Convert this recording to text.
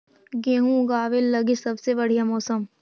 गेहूँ ऊगवे लगी सबसे बढ़िया मौसम?